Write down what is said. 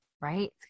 right